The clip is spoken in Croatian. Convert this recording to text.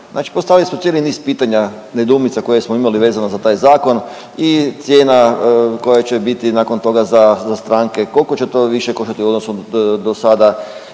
Znači postavili smo cijeli niz pitanja, nedoumica koje smo imali vezano za taj zakon i cijena koja će biti nakon toga za, za stranke, koliko će to više koštati u odnosu dosada,